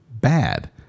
bad